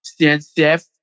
CNCF